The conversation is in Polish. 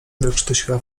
wykrztusiła